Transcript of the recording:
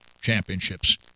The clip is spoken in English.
championships